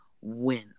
win